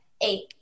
Eight